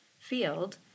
field